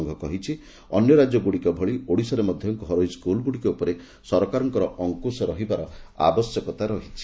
ସଂଘ କହିଛି ଅନ୍ୟ ରାକ୍ୟଗୁଡିକ ଭଳି ଓଡିଶାରେ ମଧ୍ଧ ଘରୋଇ ସ୍କୁଲଗୁଡିକ ଉପରେ ସରକାରଙ୍କର ଅଙ୍କୁଶ ରହିବାର ଆବଶ୍ୟକତା ରହିଛି